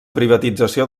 privatització